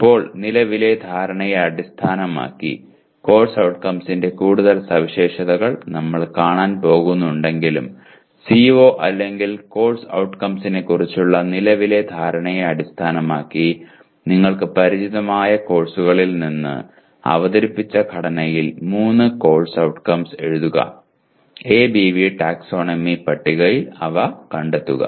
ഇപ്പോൾ നിലവിലെ ധാരണയെ അടിസ്ഥാനമാക്കി കോഴ്സ് ഔട്ട്കംസിന്റെ കൂടുതൽ സവിശേഷതകൾ നമ്മൾ കാണാൻ പോകുന്നുണ്ടെങ്കിലും സിഒ അല്ലെങ്കിൽ കോഴ്സ് ഔട്ട്കംസിനെക്കുറിച്ചുള്ള നിലവിലെ ധാരണയെ അടിസ്ഥാനമാക്കി നിങ്ങൾക്ക് പരിചിതമായ കോഴ്സുകളിൽ നിന്ന് അവതരിപ്പിച്ച ഘടനയിൽ മൂന്ന് കോഴ്സ് ഔട്ട്കംസ് എഴുതുക എബിവി ടാക്സോണമി പട്ടികയിൽ അവ കണ്ടെത്തുക